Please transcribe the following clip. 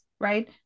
right